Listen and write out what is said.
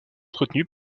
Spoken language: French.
entretenue